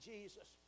Jesus